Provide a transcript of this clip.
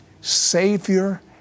Savior